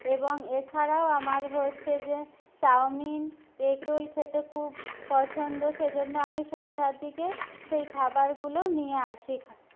এবং এছাড়াও আমার হচ্ছে যে চাওমিন এগ রোল খেতে খুব পছন্দ সেজন্য আমি সন্ধ্যার দিকে সেই খাবারগুলো নিয়ে আসি খাই